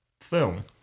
film